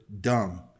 dumb